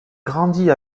grandit